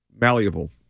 malleable